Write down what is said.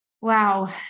Wow